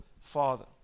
father